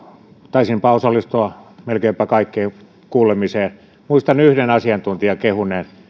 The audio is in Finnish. taisinpa osallistua melkeinpä kaikkien kuulemiseen muistan yhden asiantuntijan kehuneen